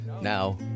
Now